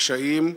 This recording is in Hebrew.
לקשיים,